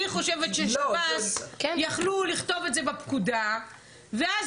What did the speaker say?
אני חושבת ששירות בתי הסוהר יכלו לכתוב את זה בפקודה ואז